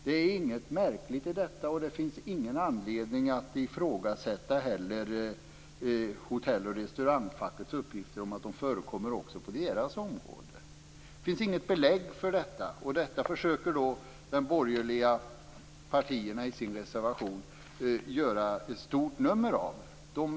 Det är inget märkligt med detta, och det finns ingen anledning att ifrågasätta hotell och restaurangfackets uppgifter om att det förekommer också på deras område. Det finns inget belägg för det här som de borgerliga partierna försöker göra ett stort nummer av i sin reservation.